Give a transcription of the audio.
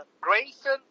Grayson